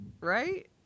Right